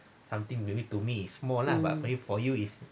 mmhmm